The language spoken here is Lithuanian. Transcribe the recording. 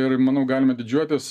ir manau galime didžiuotis